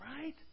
Right